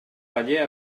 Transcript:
paller